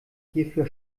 hierfür